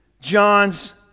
John's